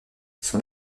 son